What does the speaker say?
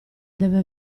deve